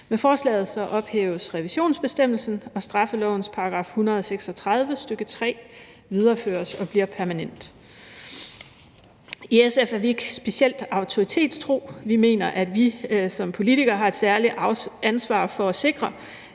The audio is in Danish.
Med forslaget ophæves revisionsbestemmelsen, og straffelovens § 136, stk. 3, videreføres og bliver permanent. I SF er vi ikke specielt autoritetstro. Vi mener, at vi som politikere har et særligt ansvar for at sikre,